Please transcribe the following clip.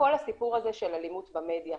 בכל הסיפור הזה של אלימות במדיה.